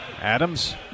Adams